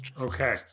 Okay